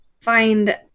find